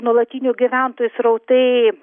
nuolatinių gyventojų srautai